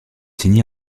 signé